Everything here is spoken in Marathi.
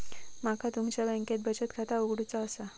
माका तुमच्या बँकेत बचत खाता उघडूचा असा?